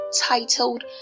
titled